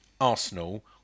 Arsenal